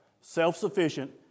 Self-sufficient